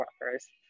workers